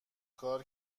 کار